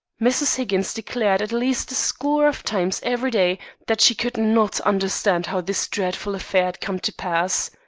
mrs. higgins declared at least a score of times every day that she could not understand how this dreadful affair had come to pass.